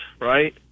right